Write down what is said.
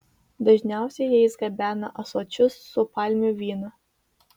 dažniausiai jais gabena ąsočius su palmių vynu